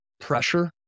pressure